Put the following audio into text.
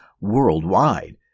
worldwide